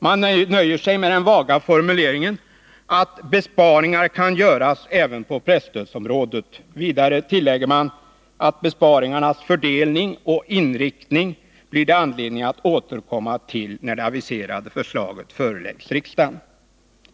Man nöjer sig med den vaga formuleringen att ”besparingar kan göras även på presstödsområdet”. Vidare tilläggs att besparingarnas ”fördelning och inriktning blir det anledning att återkomma till när det aviserade förslaget föreläggs riksdagen”.